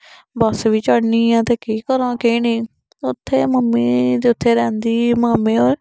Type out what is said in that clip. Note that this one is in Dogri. बस बी चढ़नी ऐ ते की करां केह् नेई उत्थे मम्मी दे उत्थे गै उंदी मामे दे